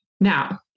Now